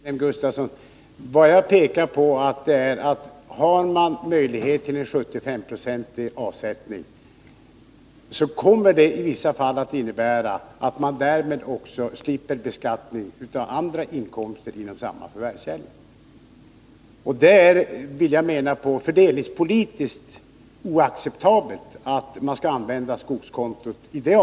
Herr talman! Det hjälper inte, Wilhelm Gustafsson. Har man möjlighet till en 75-procentig avsättning, kommer detta i vissa fall att innebära att man därmed också slipper beskattning av andra inkomster från samma förvärvskälla. Det är, menar jag, fördelningspolitiskt oacceptabelt att man använder skogskontot till det.